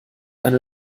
eine